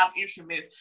instruments